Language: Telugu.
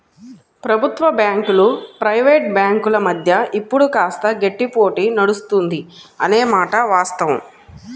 ప్రభుత్వ బ్యాంకులు ప్రైవేట్ బ్యాంకుల మధ్య ఇప్పుడు కాస్త గట్టి పోటీ నడుస్తుంది అనే మాట వాస్తవం